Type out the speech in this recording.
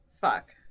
Fuck